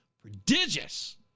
prodigious